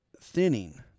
thinning